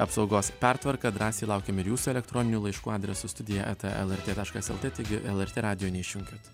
apsaugos pertvarką drąsiai laukiame jūsų elektroninių laiškų adresu studija eta lrt taškas lt taigi lrt radijo neišjunkit